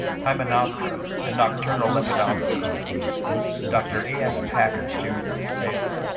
hymenoptera and nocturnal lepidoptera dr. a s. packard, jr, salem.